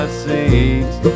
seeds